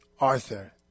Arthur